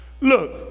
Look